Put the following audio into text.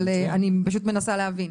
אבל אני פשוט מנסה להבין.